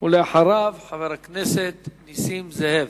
ואחריו, חבר הכנסת נסים זאב.